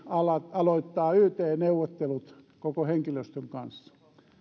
aloittaa yt neuvottelut koko henkilöstön kanssa